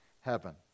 heaven